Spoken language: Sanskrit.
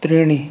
त्रीणि